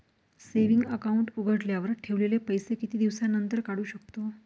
Saving account उघडल्यावर ठेवलेले पैसे किती दिवसानंतर काढू शकतो?